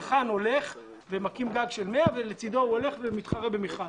שצרכן הולך ומקים גג של 100 ולצדו הוא מתחרה במכרז.